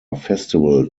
festival